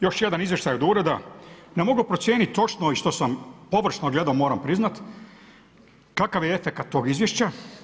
Još jedan izvještaj od ureda, ne mogu procijenit točno i što sam površno gledao, moram priznat, kakav je efekat tog izvješća.